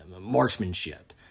Marksmanship